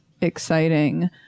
exciting